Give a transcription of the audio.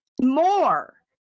more